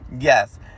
Yes